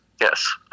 Yes